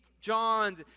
John's